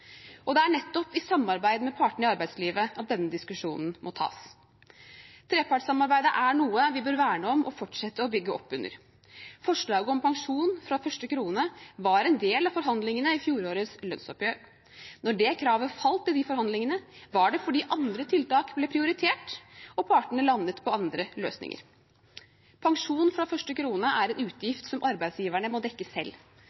Det er nettopp i samarbeid med partene i arbeidslivet at denne diskusjonen må tas. Trepartssamarbeidet er noe vi bør verne om og fortsette å bygge opp under. Forslaget om pensjon fra første krone var en del av forhandlingene i fjorårets lønnsoppgjør. Når det forslaget falt i de forhandlingene, var det fordi andre tiltak ble prioritert, og partene landet på andre løsninger. Pensjon fra første krone er en utgift som arbeidsgiverne må dekke selv.